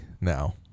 now